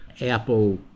apple